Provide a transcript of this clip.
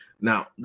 Now